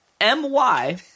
M-Y